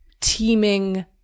teeming